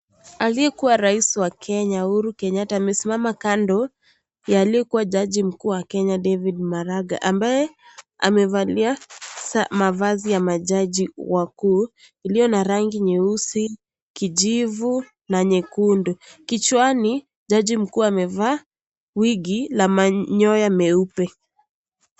Aliyekuwa rais wa Kenya Uhuru Kenyatta amesimama kando ya aliyekua jaji mkuu wa Kenya David Maraga ambaye amevalia mavazi ya majaji wakuu iliyo na rangi nyeusi, kijivu na nyekundu, kichwani jaji mkuu amevaa wigi ya manyoya meupe.